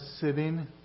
sitting